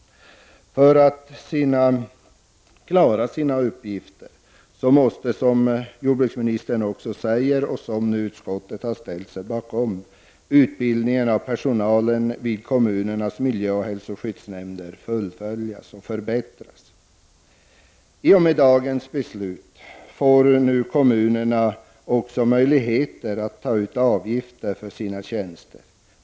För att klara sina uppgifter måste, som jordbruksministern också säger och som nu utskottet ställer sig bakom — utbildningen av personalen vid kommunernas miljöoch hälsoskyddsnämnder fullföljas och förbättras. I och med dagens beslut får kommunerna möjligheter att ta ut avgifter för sina tjänster.